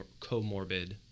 comorbid